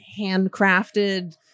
handcrafted